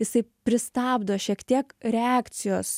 jisai pristabdo šiek tiek reakcijos